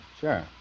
Sure